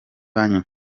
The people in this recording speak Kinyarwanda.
banki